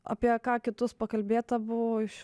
apie ką kitus pakalbėta buvo iš